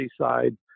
side